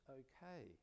okay